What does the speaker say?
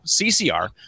CCR